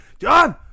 John